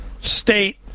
state